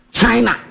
China